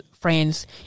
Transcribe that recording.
friends